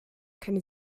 keine